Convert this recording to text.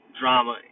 drama